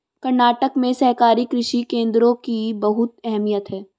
कर्नाटक में सहकारी कृषि केंद्रों की बहुत अहमियत है